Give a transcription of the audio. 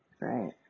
Right